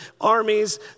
armies